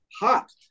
hot